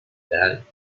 daddy